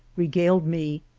regaled me.